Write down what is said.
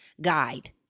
guide